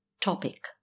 topic